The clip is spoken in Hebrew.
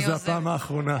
שזאת הפעם האחרונה.